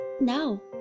now